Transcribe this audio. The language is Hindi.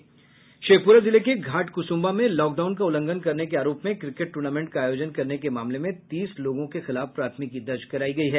शेखपुरा जिले के घाट कुसुम्भा में लॉकडाउन का उल्लंघन के आरोप में क्रिकेट टूर्नामेंट का आयोजन करने के मामले में तीस लोगों के खिलाफ प्राथमिकी दर्ज करायी गयी है